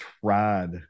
tried